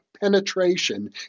Penetration